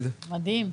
גמל) (הוצאות ישירות בשל ביצוע עסקאות) (תיקון מס')